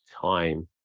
time